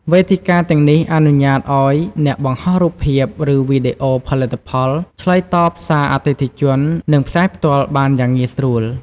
វេទិកាទាំងនេះអនុញ្ញាតឱ្យអ្នកបង្ហោះរូបភាព ឬវីដេអូផលិតផល ឆ្លើយតបសារអតិថិជន និងផ្សាយផ្ទាល់បានយ៉ាងងាយស្រួល។